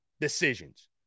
decisions